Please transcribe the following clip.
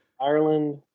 Ireland